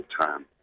time